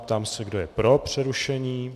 Ptám se, kdo je pro přerušení.